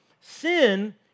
Sin